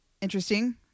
Interesting